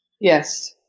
Yes